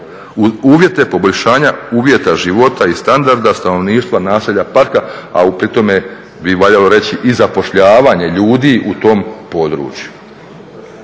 trenda poboljšanja uvjeta života i standarda stanovništva naselja parka, a pri tome bi valjalo reći i zapošljavanje ljudi u tom području.